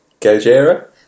Gojira